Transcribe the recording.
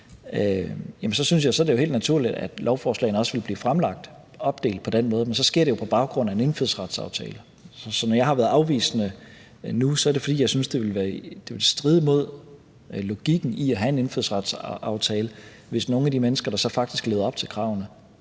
det er helt naturligt, at lovforslagene også vil blive opdelt på den måde. Men så sker det jo på baggrund af en indfødsretsaftale. Så når jeg har været afvisende nu, er det, fordi jeg synes, det ville stride imod logikken i at have en indfødsretsaftale, hvis nogle af de mennesker, som faktisk levede op til kravene,